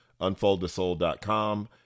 unfoldthesoul.com